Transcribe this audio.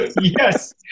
yes